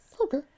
Okay